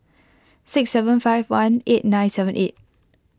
six seven five one eight nine seven eight